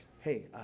hey